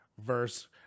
Verse